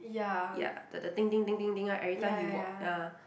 ya the the ding ding ding ding ding right every time he walk ya